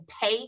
pay